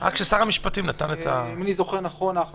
רק ששר המשפטים נתן --- אני לא מדבר